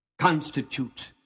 constitute